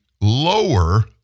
lower